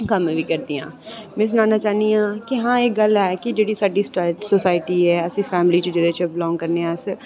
कम्म बी करदियां में सनाना चाह्न्नी आं कि आं एह् गल्ल है कि जेह्ड़ी साढ़ी सोसाइटी ऐ अस फैमिली जेह्दे च बिलांग करने आं अस